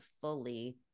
fully